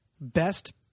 Best